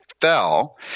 fell